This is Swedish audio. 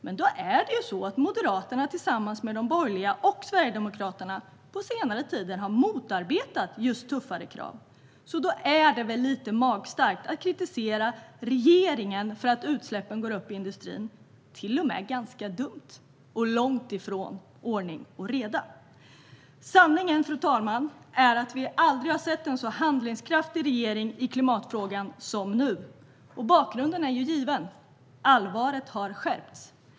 Men Moderaterna tillsammans med övriga borgerliga partier och Sverigedemokraterna har på senare tid motarbetat tuffare krav. Nog är det lite magstarkt att kritisera regeringen för att utsläppen går upp inom industrin. Det är till och med ganska dumt, och långt ifrån ordning och reda. Fru talman! Sanningen är att vi aldrig har sett en så handlingskraftig regering i klimatfrågan som nu. Bakgrunden är given: Allvaret har skett.